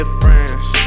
friends